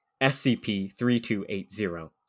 SCP-3280